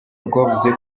rwavuze